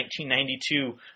1992